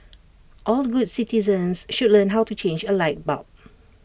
all good citizens should learn how to change A light bulb